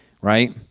right